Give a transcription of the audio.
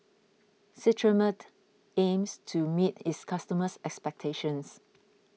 Cetrimide aims to meet its customers' expectations